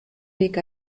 weg